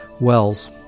Wells